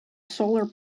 solar